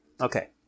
Okay